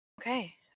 okay